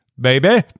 baby